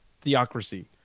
theocracy